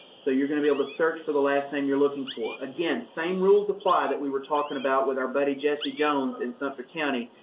so you're going to be able to search for the last name you're looking for. again, same rules apply that we were talking about with our buddy, jessie jones, in sumpter county,